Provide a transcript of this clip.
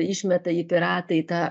išmeta jį piratai į tą